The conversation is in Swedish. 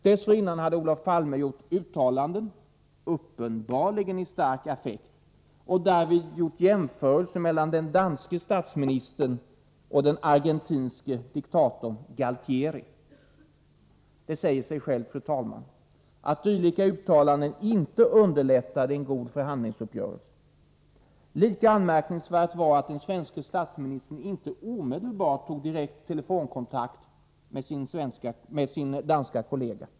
Dessförinnan hade Olof Palme gjort uttalanden, uppenbarligen i stark affekt, och därvid gjort jämförelser mellan den danske statsministern och den argentinske diktatorn Galtieri. Det säger sig självt att dylika uttalanden inte underlättade en god förhandlingsuppgörelse. Lika anmärkningsvärt var att den svenske statsministern inte omedelbart tog en direkt telefonkontakt med sin danske kollega.